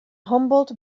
humboldt